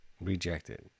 Rejected